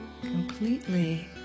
completely